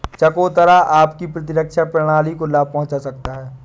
चकोतरा आपकी प्रतिरक्षा प्रणाली को लाभ पहुंचा सकता है